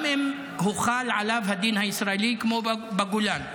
גם אם הוחל עליו הדין הישראלי כמו בגולן.